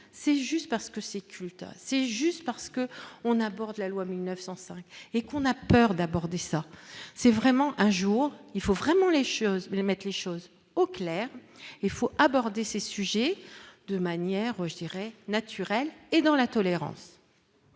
c'est juste parce que c'est culte, c'est juste parce que on aborde la loi 1905 et qu'on a peur d'aborder ça c'est vraiment un jour, il faut vraiment les choses mette les choses au clair, il faut aborder ces sujets de manière je dirais naturelle et dans la tolérance.